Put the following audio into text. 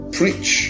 preach